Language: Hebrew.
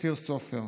אופיר סופר,